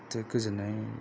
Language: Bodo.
दा गोजोननाय